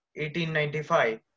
1895